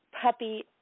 puppy